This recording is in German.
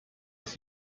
ist